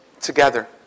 together